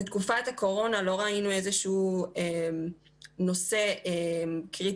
בתקופת הקורונה לא ראינו איזשהו נושא קריטי